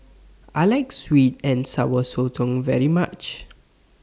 I like Sweet and Sour Sotong very much